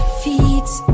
feeds